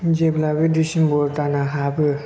जेब्ला बे डिसेम्बर दानआ हाबो